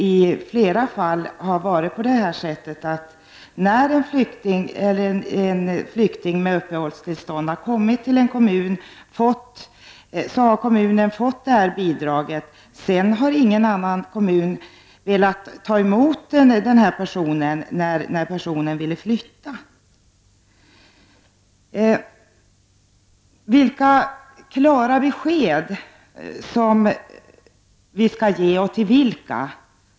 I flera fall har det ju varit på det sättet att när en flykting med uppehållstillstånd har kommit till en kommun så har kommunen fått bidraget, men sedan har ingen annan kommun velat ta emot denna person när vederbörande ville flytta. Vilka klara besked är det vi skall ge, och till vilka?